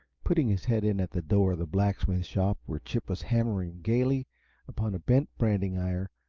putting his head in at the door of the blacksmith shop where chip was hammering gayly upon a bent branding iron,